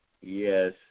Yes